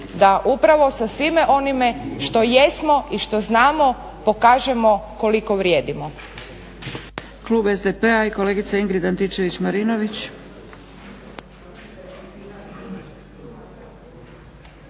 da upravo sa svime onime što jesmo i što znamo pokažemo koliko vrijedimo.